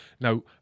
Now